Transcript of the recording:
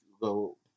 go